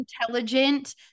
intelligent